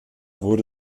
wurde